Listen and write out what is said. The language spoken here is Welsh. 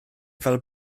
fel